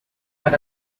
had